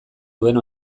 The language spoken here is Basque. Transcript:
duen